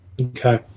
Okay